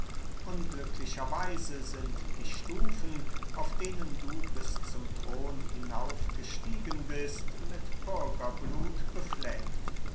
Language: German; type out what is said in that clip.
unglücklicher weise sind die stufen auf denen du bis zum thron hinauf gestiegen bist mit bürgerblut befleckt